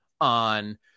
on